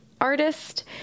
artist